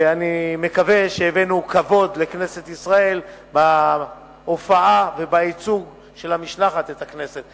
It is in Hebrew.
ואני מקווה שהבאנו כבוד לכנסת ישראל בהופעה ובייצוג של המשלחת את הכנסת.